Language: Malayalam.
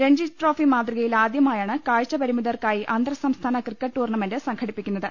രഞ്ജി ട്രോഫി മാതൃകയിൽ ആദ്യമായാണ് കാഴ്ച്ചപരിമി തർക്കായി അന്തർസംസ്ഥാന ക്രിക്കറ്റ് ടൂർണ്ണമെന്റ് സംഘടിപ്പിക്കു ന്നത്